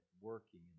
working